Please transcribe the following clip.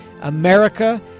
America